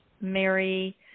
Mary